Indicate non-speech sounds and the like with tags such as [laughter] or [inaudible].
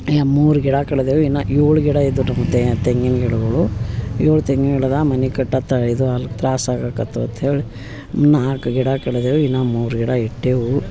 [unintelligible] ಮೂರು ಗಿಡ ಕಡಿದೆವು ಇನ್ನೂ ಏಳು ಗಿಡ ಇದುರು ಮತ್ತು ತೆಂಗಿನ ಗಿಡಗಳು ಏಳು ತೆಂಗಿನ ಗಿಡದಾಗ ಮನೆ ಕಟ್ಟತ ಇದು ಅಲ್ಲಿ ತ್ರಾಸು ಆಗಕಾತ್ತು ಅಂತ್ಹೇಳಿ ನಾಲ್ಕು ಗಿಡ ಕಡಿದೆವು ಇನ್ನೂ ಮೂರು ಗಿಡ ಇಟ್ಟೇವು